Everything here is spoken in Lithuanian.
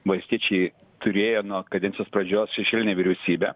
valstiečiai turėjo nuo kadencijos pradžios šešėlinę vyriausybę